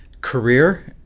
career